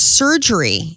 surgery